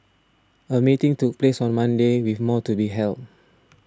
a meeting took place on Monday with more to be held